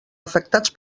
afectats